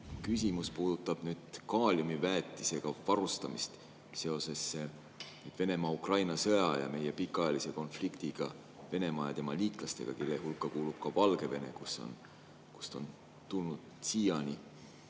Küsimus puudutab kaaliumväetisega varustamist seoses Venemaa-Ukraina sõja ja meie pikaajalise konfliktiga Venemaa ja tema liitlastega, kelle hulka kuulub ka Valgevene, kust on tulnud siiani